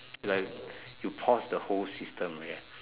like you pause the whole system already right